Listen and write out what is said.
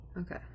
Okay